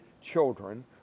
children